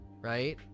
right